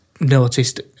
noticed